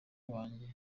wanjye